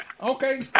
Okay